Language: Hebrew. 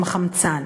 הם חמצן.